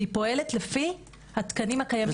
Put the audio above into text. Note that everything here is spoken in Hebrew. והיא פועלת לפי התקנים הקיימים שיש לה.